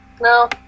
No